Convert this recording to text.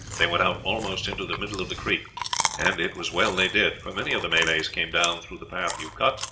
they went out almost into the middle of the creek and it was well they did, for many of the malays came down through the path you cut,